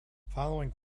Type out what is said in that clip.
following